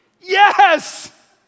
Yes